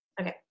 Okay